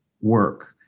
work